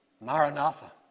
Maranatha